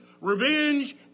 revenge